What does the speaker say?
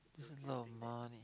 that's a lot of money